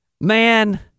Man